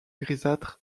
grisâtre